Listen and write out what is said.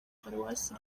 paruwasi